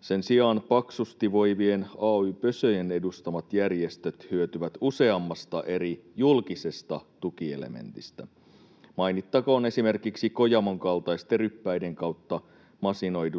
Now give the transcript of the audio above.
Sen sijaan paksusti voivien ay-pösöjen edustamat järjestöt hyötyvät useammasta eri julkisesta tukielementistä, mainittakoon esimerkiksi Kojamon kaltaisten ryppäiden kautta masinoitu,